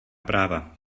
práva